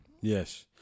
yes